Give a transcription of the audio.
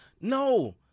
No